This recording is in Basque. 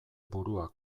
burua